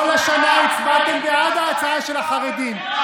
כל השנה הצבעתם בעד ההצעה של החרדים,